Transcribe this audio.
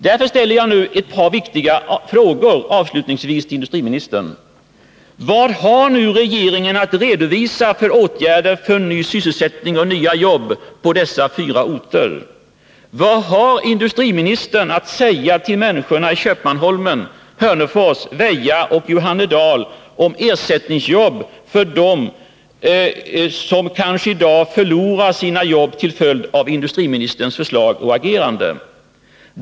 Därför ställer jag avslutningsvis ett par viktiga frågor till industriministern: Vilka åtgärder har regeringen att redovisa för ny sysselsättning och nya jobb på dessa fyra orter? Vad har industriministern att säga till människorna i Köpmanholmen, Hörnefors, Väja och Johannedal om ersättningsjobb för dem som i dag kanske förlorar sina jobb till följd av industriministerns förslag och agerande?